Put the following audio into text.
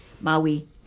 Maui